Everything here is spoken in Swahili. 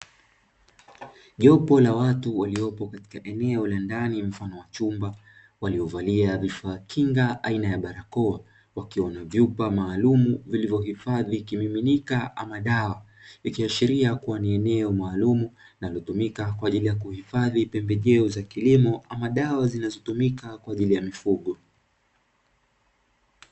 Jopo la watu waliopo katika eneo la ndani mfano wa chumba, waliovalia vifaa kinga aina ya barakoa kukiwa na vyupa maalumu vilivyohifadhi kimiminika ama dawa. Ikiashiria kuwa ni eneo maalumu linalotumika kwa ajili ya kuhifadhi pembejeo za kilimo ama dawa zinazotumika kwa ajili ya mifugo.